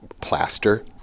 plaster